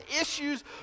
issues